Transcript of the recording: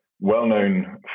well-known